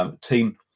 team